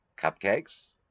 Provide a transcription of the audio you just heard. cupcakes